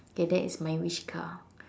okay that is my wish car